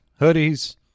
hoodies